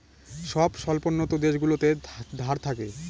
সব স্বল্পোন্নত দেশগুলোতে ধার থাকে